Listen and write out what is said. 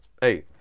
Hey